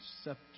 scepter